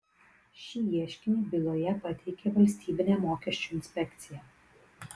šį ieškinį byloje pateikė valstybinė mokesčių inspekcija